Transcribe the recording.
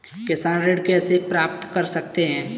किसान ऋण कैसे प्राप्त कर सकते हैं?